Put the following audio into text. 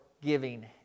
giving